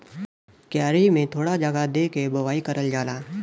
क्यारी में थोड़ा जगह दे के बोवाई करल जाला